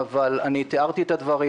ותיארתי את הדברים.